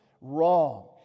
wrong